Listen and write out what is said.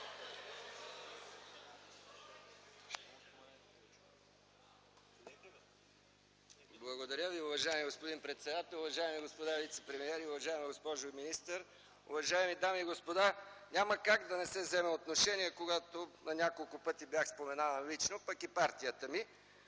Благодаря Ви. Уважаеми господин председател, уважаеми господа вицепремиери, уважаема госпожо министър, уважаеми дами и господа! Няма как да не се вземе отношение, когато на няколко пъти бях споменаван лично, пък и партията ми.